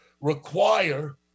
require